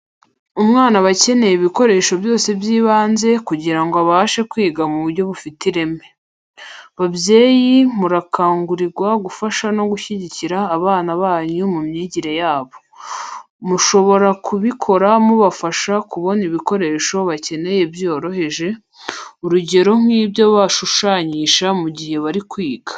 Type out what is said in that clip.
Umwana aba akeneye ibikoresho byose by'ibanze kugira ngo abashe kwiga mu buryo bufite ireme. Babyeyi murakangurirwa gufasha no gushyigikira abana banyu mu myigire yabo. Mushobora kubikora mubafasha kubona ibikoresho bakenera byoroheje, urugero nk'ibyo bashushanyisha mu gihe bari kwiga.